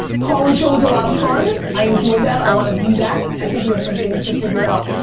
call in show was a lot of fun. i enjoyed that, i want to do that. i think we have some things to figure out.